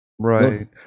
right